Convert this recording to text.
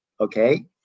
okay